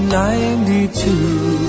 ninety-two